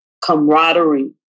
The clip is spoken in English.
camaraderie